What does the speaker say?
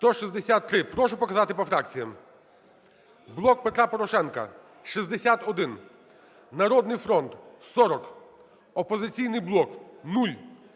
За-163 Прошу показати по фракціям. "Блок Петра Порошенка" – 61, "Народний фронт" –40, "Опозиційний блок" –